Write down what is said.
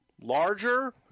larger